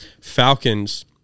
Falcons